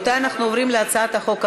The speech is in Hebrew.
רבותי, אנחנו עוברים להצעת החוק הבאה.